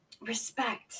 Respect